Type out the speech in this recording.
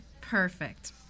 Perfect